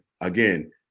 again